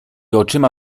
oczyma